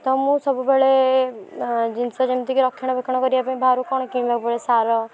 ତ ମୁଁ ସବୁବେଳେ ଜିନିଷ ଯେମିତିକି ରକ୍ଷଣାବେକ୍ଷଣ କରିବା ପାଇଁ ବାହାରୁ କ'ଣ କିଣିବାକୁ ପଡ଼େ ଯେମିତି କି ସାର